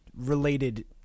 related